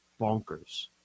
bonkers